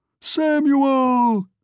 Samuel